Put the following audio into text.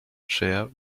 chair